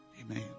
Amen